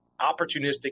opportunistic